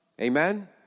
Amen